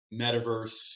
metaverse